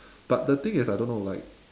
but the thing is I don't know like